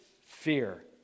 fear